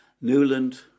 Newland